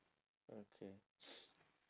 okay